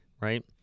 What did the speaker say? Right